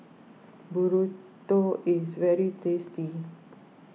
Burrito is very tasty